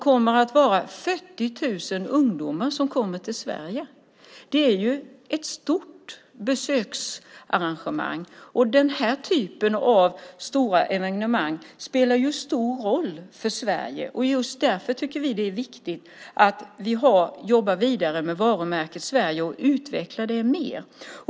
40 000 ungdomar kommer till Sverige! Det är ju ett stort besöksarrangemang, och den typen av stora evenemang spelar en stor roll för Sverige. Just därför tycker vi att det är viktigt att vi jobbar vidare med varumärket Sverige och utvecklar det mer.